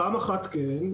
כן.